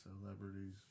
Celebrities